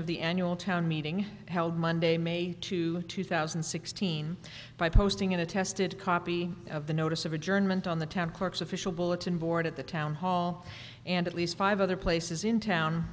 of the annual town meeting held monday may to two thousand and sixteen by posting in attested copy of the notice of adjournment on the temp clerk's official bulletin board at the town hall and at least five other places in town